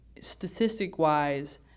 statistic-wise